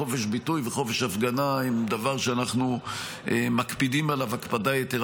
חופש ביטוי וחופש הפגנה הם דבר שאנחנו מקפידים עליו הקפדה יתרה,